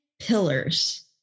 pillars